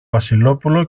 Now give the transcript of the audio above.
βασιλόπουλο